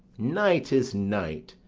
night is night,